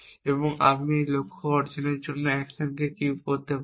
এবং আমি এই লক্ষ্য অর্জনের জন্য অ্যাকশনকে কিউব করতে পারি